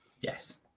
Yes